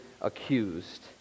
accused